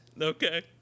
Okay